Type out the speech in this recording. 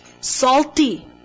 salty